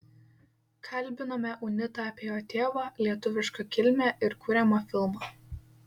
kalbinome unitą apie jo tėvą lietuvišką kilmę ir kuriamą filmą